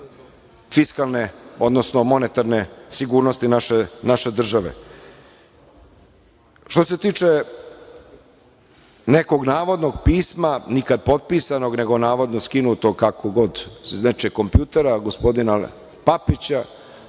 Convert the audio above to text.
fiskalne, odnosno monetarne sigurnosti naše države. Što se tiče nekog navodnog pisma, nikad potpisanog, nego navodno skinutog sa nečijeg kompjutera, gospodina Papića,